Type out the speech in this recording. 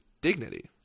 dignity